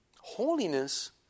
Holiness